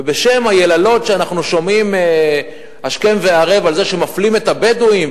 ובשם היללות שאנחנו שומעים השכם והערב על זה שמפלים את הבדואים,